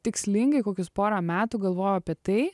tikslingai kokius porą metų galvojau apie tai